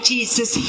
Jesus